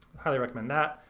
highly recommend that.